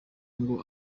ngo